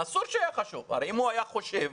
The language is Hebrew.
אסור שיהיה --- הרי אם הוא היה חושב,